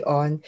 on